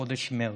בחודש מרץ.